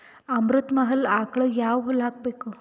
ಅಮೃತ ಮಹಲ್ ಆಕಳಗ ಯಾವ ಹುಲ್ಲು ಹಾಕಬೇಕು?